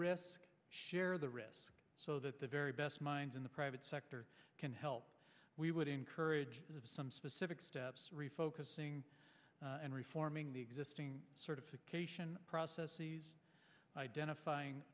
risk share the risk so that the very best minds in the private sector can help we would encourage some specific steps refocusing and reforming the existing certification process identifying